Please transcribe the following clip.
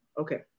Okay